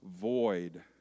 void